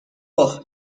اوه